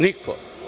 Niko.